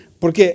porque